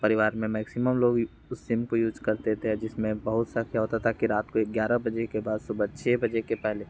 परिवार में मैक्सिमम लोग उस सिम को यूज़ करते थे जिसमें बहुत सा क्या होता था कि रात को ग्यारह बजे के बाद सुबह छः बजे के पहले